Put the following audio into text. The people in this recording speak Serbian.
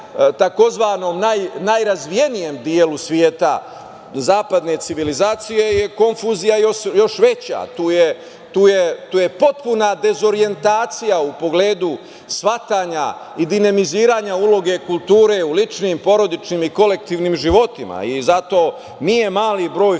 u onom najrazvijenijem delu sveta zapadne civilizacije, i tu je konfuzija još veća. Tu je potpuna dezorijentacija u pogledu shvatanja i dinamiziranja kulture u ličnim porodičnim, kolektivnim životima i zato nije mali broj